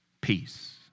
peace